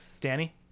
danny